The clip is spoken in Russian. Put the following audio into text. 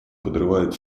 подрывает